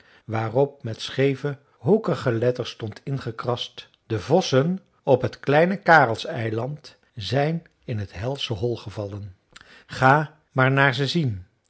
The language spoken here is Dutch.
waarop met scheeve hoekige letters stond ingekrast de vossen op het kleine karelseiland zijn in het helsche hol gevallen ga maar naar ze zien